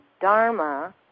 Dharma